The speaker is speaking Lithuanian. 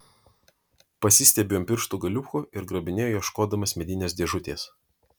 pasistiebiu ant pirštų galiukų ir grabinėju ieškodamas medinės dėžutės